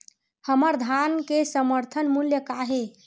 हमर धान के समर्थन मूल्य का हे?